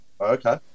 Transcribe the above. Okay